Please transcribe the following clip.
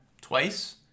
twice